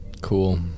Cool